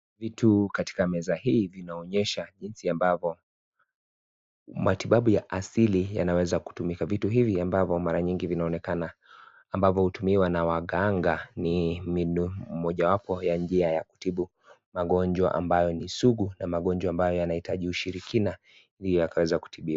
Vitu katika meza hii inaonyesha jinsi ambavo matibabu ya asili yanaweza kutumika. Vitu hivi ambavo mara mingi vinaonekana ambavo hutumiwa na waganga ni mbinu mojawapo ya njia ya kutibu magonjwa ambayo ni sugu na magonjwa ambayo yanahitaji ushirikina ili yakaweza kutibiwa.